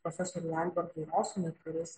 profesoriui albertui rosinui kuris